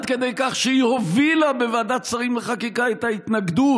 עד כדי כך שהיא הובילה בוועדת שרים לחקיקה את ההתנגדות